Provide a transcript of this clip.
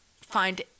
find